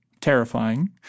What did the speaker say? terrifying